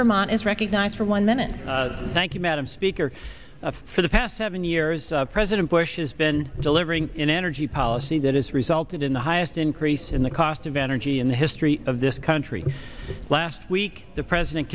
vermont is recognized for one minute thank you madam speaker for the past seven years president bush has been delivering an energy policy that has resulted in the highest increase in the cost of energy in the history of this country last week the president